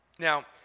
Now